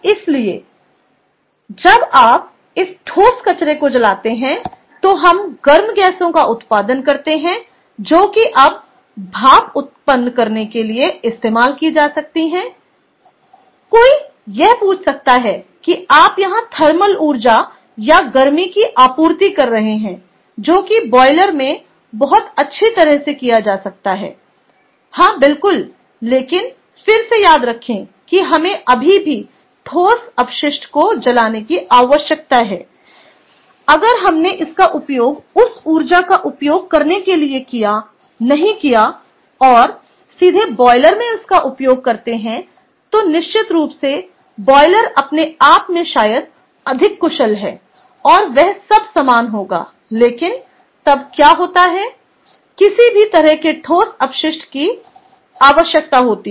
इसलिए जब आप इस ठोस कचरे को जलाते हैं तो हम गर्म गैसों का उत्पादन करते हैं जो कि अब भाप उत्पन्न करने के लिए इस्तेमाल की जा सकती हैं कोई यह पूछ सकता है कि आप यहां थर्मल ऊर्जा या गर्मी की आपूर्ति कर रहे हैं जो कि बॉयलर में बहुत अच्छी तरह से किया जा सकता है हाँ बिल्कुल लेकिन फिर से याद रखें कि हमें अभी भी ठोस अपशिष्ट को जलाने की आवश्यकता है अगर हमने इसका उपयोग उस ऊर्जा का उपयोग करने के लिए नहीं किया है और सीधे बॉयलर में इसका उपयोग करते हैं तो निश्चित रूप से बायलर अपने आप में शायद अधिक कुशल और वह सब सामान होगा लेकिन तब क्या होता है किसी भी तरह के ठोस अपशिष्ट की आवश्यकता होती है